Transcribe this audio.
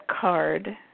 card